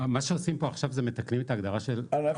מה שעושים פה עכשיו זה מתקנים את ההגדרה --- אנחנו